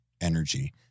energy